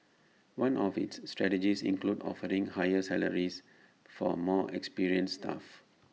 one of its strategies includes offering higher salaries for more experienced staff